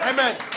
Amen